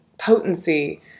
potency